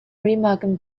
remagen